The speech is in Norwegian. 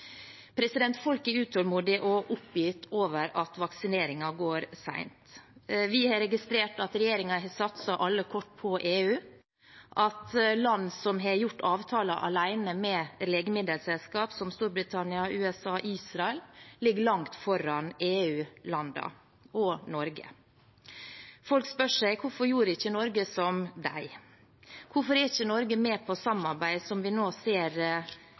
Folk er utålmodige og oppgitt over at vaksineringen går sent. Vi har registrert at regjeringen har satset alle kort på EU, og at land som har gjort avtaler alene med legemiddelselskap, som Storbritannia, USA og Israel, ligger langt foran EU-landene og Norge. Folk spør seg: Hvorfor gjorde ikke Norge som dem? Hvorfor er ikke Norge med på samarbeidet som vi nå ser